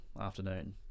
afternoon